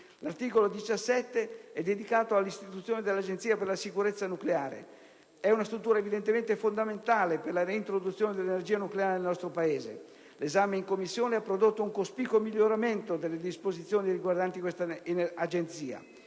L'articolo 17 è dedicato all'istituzione dell'Agenzia per la sicurezza nucleare. Si tratta di una struttura evidentemente fondamentale per la reintroduzione dell'energia nucleare nel nostro Paese. L'esame in Commissione ha prodotto un cospicuo miglioramento delle disposizioni riguardanti tale Agenzia.